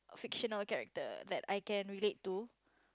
fictional character that I can relate to